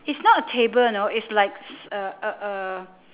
it's not a table you know it's like c~ uh uh uh